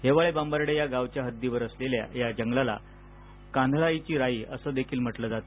हेवाळे बांबर्डे या गावांच्या हद्दीवर असलेल्या या जंगलाला कान्हळाची राई देखील म्हटल जात